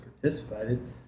participated